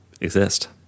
exist